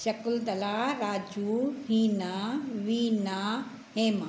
Shakuntala Raju Hina Veena Hema